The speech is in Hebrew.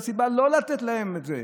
זאת הסיבה לא לתת להם את זה.